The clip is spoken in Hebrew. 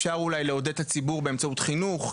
אפשר אולי לעודד את הציבור באמצעות חינוך,